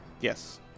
Yes